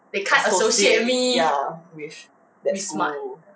associate ya with that school